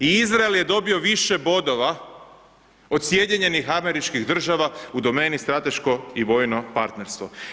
I Izrael je dobio više bodova od SAD-a u domeni strateško i vojno partnerstvo.